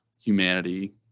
humanity